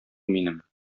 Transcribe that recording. минем